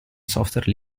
software